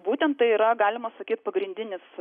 būtent tai yra galima sakyt pagrindinis